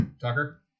Tucker